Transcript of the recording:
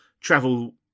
travel